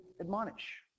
admonish